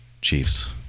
Chiefs